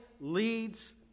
leads